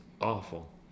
awful